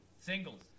singles